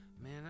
man